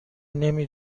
نمی